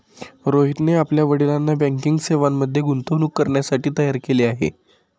रोहितने आपल्या वडिलांना बँकिंग सेवांमध्ये गुंतवणूक करण्यासाठी तयार केले आहे